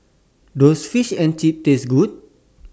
Does Fish and Chips Taste Good